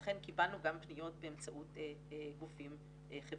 ואכן קיבלנו גם פניות באמצעות גופים חברתיים.